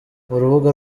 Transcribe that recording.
urubuga